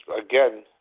again